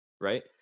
right